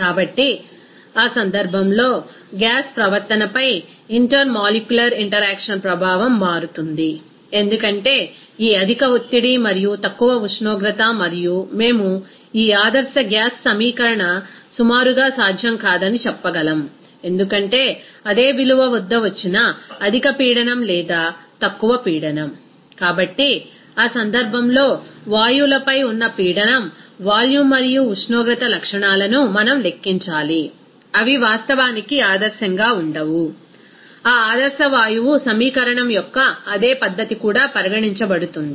కాబట్టి ఆ సందర్భంలో గ్యాస్ ప్రవర్తన పై ఇంటర్ మాలిక్యులర్ ఇంటెరాక్షన్ ప్రబావం మారుతుంది ఎందుకంటే ఈ అధిక ఒత్తిడి మరియు తక్కువ ఉష్ణోగ్రత మరియు మేము ఈ ఆదర్శ గ్యాస్ సమీకరణ సుమారుగా సాధ్యం కాదని చెప్పగలం ఎందుకంటే అదే విలువ వద్ద వచ్చిన అధిక పీడనం లేదా తక్కువ పీడనం కాబట్టి ఆ సందర్భంలో వాయువులపై ఉన్న పీడనం వాల్యూమ్ మరియు ఉష్ణోగ్రత లక్షణాలను మనం లెక్కించాలి అవి వాస్తవానికి ఆదర్శంగా ఉండవు ఆ ఆదర్శ వాయువు సమీకరణం యొక్క అదే పద్ధతి కూడా పరిగణించబడుతుంది